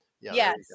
Yes